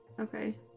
Okay